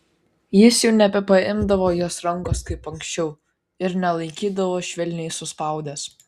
jis jau nebepaimdavo jos rankos kaip anksčiau ir nelaikydavo švelniai suspaudęs